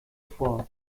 vor